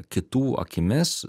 kitų akimis